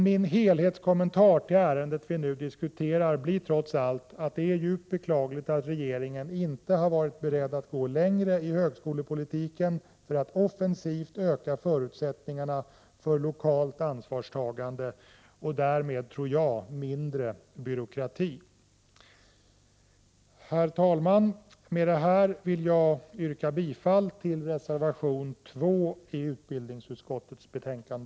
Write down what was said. Min slutkommentar när det gäller ärendet som vi nu diskuterar blir trots allt att det är djupt beklagligt att regeringen inte har varit beredd att gå längre i högskolepolitiken och offensivt försökt öka förutsättningarna för ett lokalt ansvarstagande och därmed, tror jag, mindre byråkrati. Herr talman! Med detta vill jag yrka bifall till reservation 2 som är fogad till utbildningsutskottets betänkande.